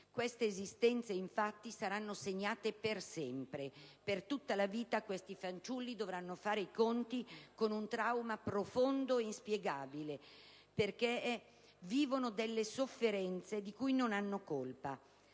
Queste esistenze, infatti, saranno segnate per sempre. Per tutta la vita questi fanciulli dovranno fare i conti con un trauma profondo e inspiegabile poiché vivono sofferenze di cui non hanno colpa.